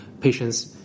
patients